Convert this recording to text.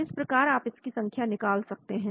इस प्रकार आप इसकी संख्या निकाल सकते हैं